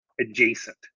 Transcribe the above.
adjacent